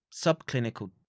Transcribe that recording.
subclinical